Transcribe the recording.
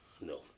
No